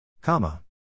Comma